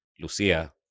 Lucia